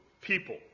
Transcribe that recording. people